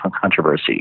controversy